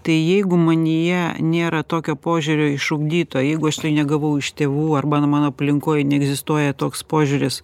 tai jeigu manyje nėra tokio požiūrio išugdyto jeigu aš tai negavau iš tėvų arba mano aplinkoj neegzistuoja toks požiūris